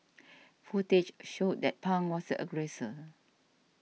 footage showed that Pang was a aggressor